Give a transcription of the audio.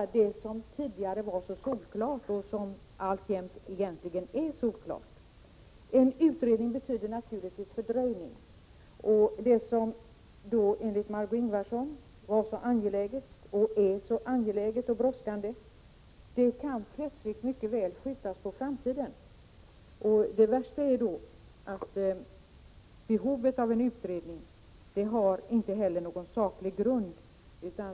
att det som tidigare var så solklart, och som egentligen alltjämt är solklart, skall utredas. En utredning medför naturligtvis en fördröjning, och det som enligt Margö Ingvardsson tidigare var angeläget, och som är så angeläget och brådskande, kan plötsligt mycket väl skjutas på framtiden. Det värsta är att det inte heller finns någon saklig grund för kravet på en utredning.